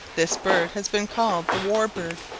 this bird has been called the war-bird,